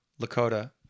lakota